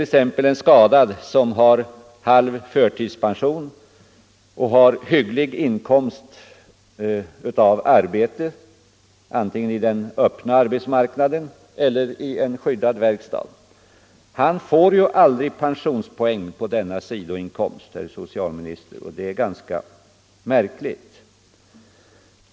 En skadad som har halv förtidspension och hygglig inkomst av arbete antingen i den öppna arbetsmarknaden eller i en skyddad verkstad får aldrig pensionspoäng på denna sidoinkomst, herr socialminister, och det är ganska märkligt.